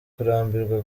kurambirwa